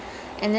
ya